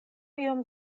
iom